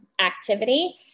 activity